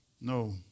No